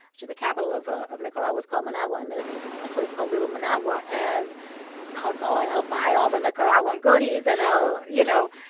which is the capital of ah of nicaragua. it's called managua, and there's it's a place called little managua. and i'll go and i'll buy all the nicaraguan goodies and i'll, you know,